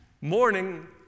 morning